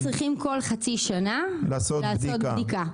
הם צריכים בכל חצי שנה לעשות בדיקה,